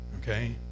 Okay